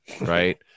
right